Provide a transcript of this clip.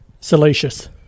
Salacious